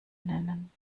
nennen